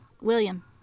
William